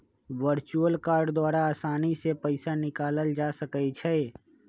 virtual card द्वारा असानी से पइसा निकालल जा सकइ छै